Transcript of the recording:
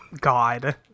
God